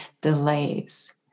delays